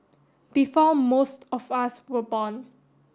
before most of us were born